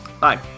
Bye